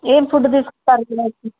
ఏం ఫుడ్ తీసుకుంటారు